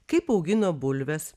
kaip augino bulves